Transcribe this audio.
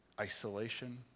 isolation